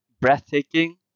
breathtaking